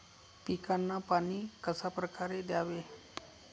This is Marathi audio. पिकांना पाणी कशाप्रकारे द्यावे?